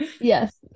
Yes